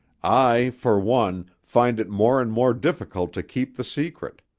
i, for one, find it more and more difficult to keep the secret.